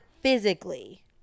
physically